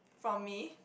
from me